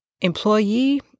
employee